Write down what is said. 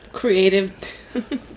Creative